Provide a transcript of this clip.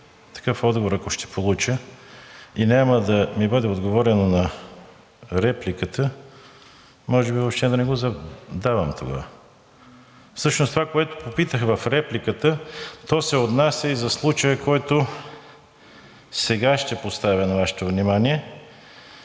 такъв отговор и няма да ми бъде отговорено на репликата, може би въобще да не го задавам тогава?! Всъщност това, което попитах в репликата, то се отнася и за случая, който сега ще поставя на Вашето внимание